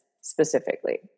specifically